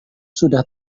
sudah